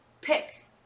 pick